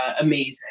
amazing